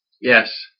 Yes